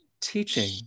teaching